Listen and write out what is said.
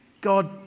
God